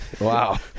Wow